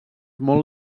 molt